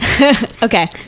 Okay